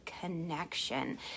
connection